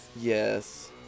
Yes